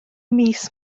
mis